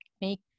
make